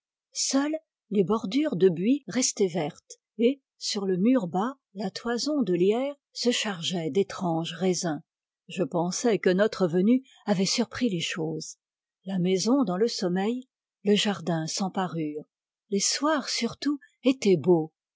seules les bordures de buis restaient vertes et sur le mur bas la toison de lierre se chargeait d'étranges raisins je pensais que notre venue avait surpris les choses la maison dans le sommeil le jardin sans parure les soirs surtout étaient beaux